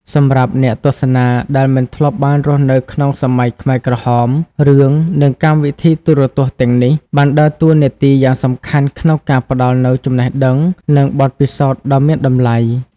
សម្រាប់អ្នកទស្សនាដែលមិនធ្លាប់បានរស់នៅក្នុងសម័យខ្មែរក្រហម រឿង និងកម្មវិធីទូរទស្សន៍ទាំងនេះបានដើរតួនាទីយ៉ាងសំខាន់ក្នុងការផ្តល់នូវចំណេះដឹង និងបទពិសោធន៍ដ៏មានតម្លៃ។